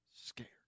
scared